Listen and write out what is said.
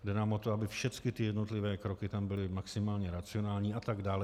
Jde nám o to, aby všecky jednotlivé kroky tam byly maximálně racionální atd.